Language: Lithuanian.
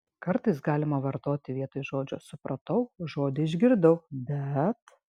kartais galima vartoti vietoj žodžio supratau žodį išgirdau bet